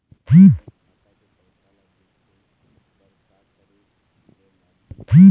मोर खाता के पैसा ला देखे बर का करे ले लागही?